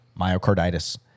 myocarditis